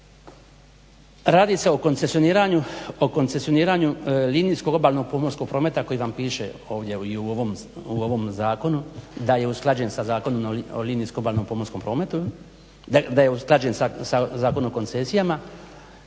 Radi se o koncesioniranju linijskog obalnog pomorskog prometa koji vam piše ovdje i u ovom zakonu da je usklađen sa Zakonom o linijskom obalnom pomorskom prometu da je usklađen sa Zakonom o koncesijima.